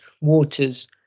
waters